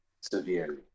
Severely